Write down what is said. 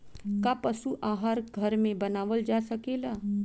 का पशु आहार घर में बनावल जा सकेला?